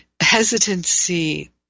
hesitancy